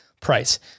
Price